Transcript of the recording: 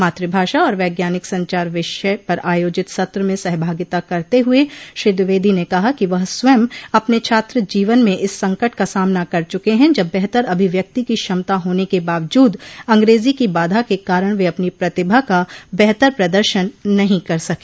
मातू भाषा और वैज्ञानिक संचार विषय पर आयोजित सत्र में सहभागिता करते हुए श्री द्विवेदी ने कहा कि वह स्वयं अपने छात्र जीवन में इस संकट का सामना कर चुके हैं जब बेहतर अभिव्यक्ति की क्षमता होने के बावजूद अंग्रेजी की बाधा के कारण वे अपनी प्रतिभा का बेहतर प्रदर्शन नहीं कर सके